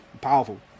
powerful